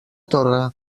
torre